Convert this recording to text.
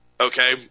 okay